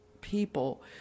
people